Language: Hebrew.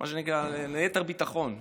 מה שנקרא, ליתר ביטחון שאלתי.